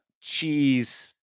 cheese